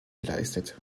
geleistet